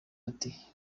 ati